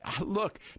look